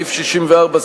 סעיף 64,